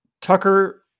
Tucker